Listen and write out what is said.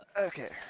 Okay